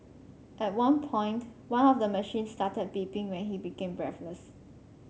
at one point one of the machines started beeping when he became breathless